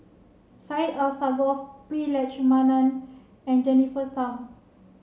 Syed Alsagoff Prema Letchumanan and Jennifer Tham